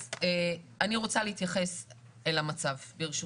אז אני רוצה להתייחס אל המצב, ברשותך.